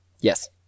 Yes